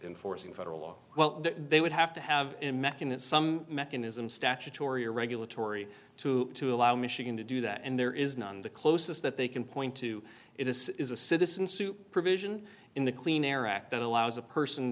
enforcing federal law well they would have to have imagine that some mechanism statutory or regulatory to to allow michigan to do that and there is none the closest that they can point to it is a citizen suit provision in the clean air act that allows a person